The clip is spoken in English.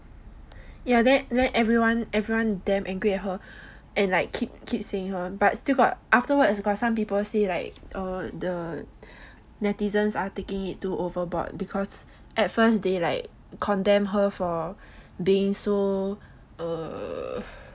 ya then then everyone everyone damn angry at her and like keep saying her but like afterwards got some people say like err the netizens are taking it too overboard because first they like condemn her for being so err